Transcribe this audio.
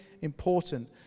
important